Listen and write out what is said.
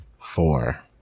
four